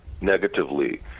negatively